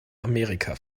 amerika